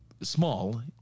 small